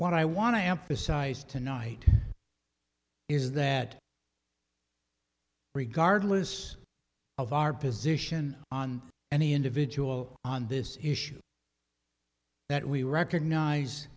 what i want to emphasize tonight is that regardless of our position on any individual on this issue that we recognize